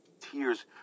Tears